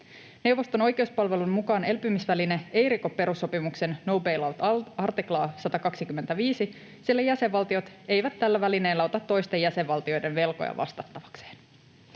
Neuvoston oikeuspalvelun mukaan elpymisväline ei riko perussopimuksen no bail-out -artiklaa 125, sillä jäsenvaltiot eivät tällä välineellä ota toisten jäsenvaltioiden velkoja vastattavakseen.